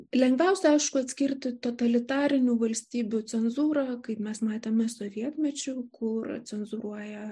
lengviausia aišku atskirti totalitarinių valstybių cenzūrą kaip mes matėme sovietmečiu kur cenzūruoja